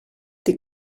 dir